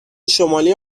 شمالی